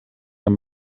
amb